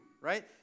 right